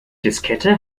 diskette